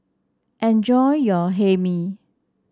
enjoy your Hae Mee